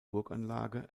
burganlage